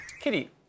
Kitty